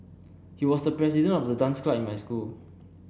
he was the president of the dance club in my school